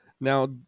Now